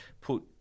put